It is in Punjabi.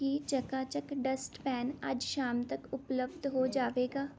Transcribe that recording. ਕੀ ਚਕਾਚੱਕ ਡਸਟਪੈਨ ਅੱਜ ਸ਼ਾਮ ਤੱਕ ਉਪਲਬਧ ਹੋ ਜਾਵੇਗਾ